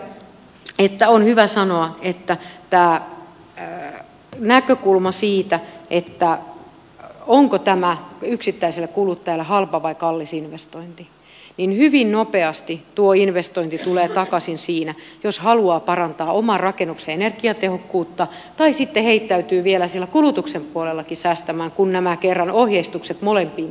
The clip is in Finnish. totean vielä että on hyvä sanoa tästä näkökulmasta siitä onko tämä yksittäiselle kuluttajalle halpa vai kallis investointi että hyvin nopeasti tuo investointi tulee takaisin siinä jos haluaa parantaa oman rakennuksen energiatehokkuutta tai sitten heittäytyy vielä siellä kulutuksen puolellakin säästämään kun kerran nämä ohjeistukset molempiin tulevat